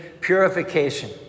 purification